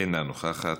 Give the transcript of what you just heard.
אינה נוכחת,